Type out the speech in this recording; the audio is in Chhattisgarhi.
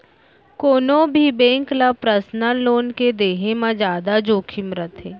कोनो भी बेंक ल पर्सनल लोन के देहे म जादा जोखिम रथे